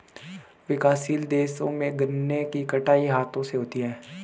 विकासशील देशों में गन्ने की कटाई हाथों से होती है